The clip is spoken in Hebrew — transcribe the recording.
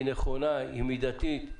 נכונה, מידתית.